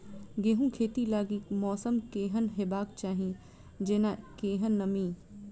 गेंहूँ खेती लागि मौसम केहन हेबाक चाहि जेना केहन नमी?